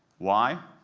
why?